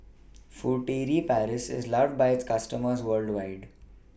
Furtere Paris IS loved By its customers worldwide